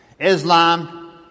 Islam